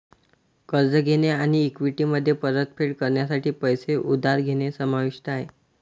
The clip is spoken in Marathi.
कर्ज घेणे आणि इक्विटीमध्ये परतफेड करण्यासाठी पैसे उधार घेणे समाविष्ट आहे